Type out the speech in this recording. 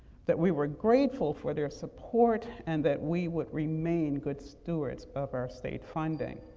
that we were grateful for their support and that we would remain good stewards of our state funding.